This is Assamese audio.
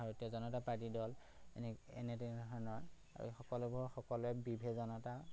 আৰু ভাৰতীয় জনতা পাৰ্টি দল এনে এনে তেনেধৰণৰ আৰু সকলোবোৰ সকলোৱে বিভেজনতা